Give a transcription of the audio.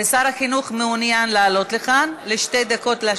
ושר החינוך מעוניין לעלות לכאן לשתי דקות.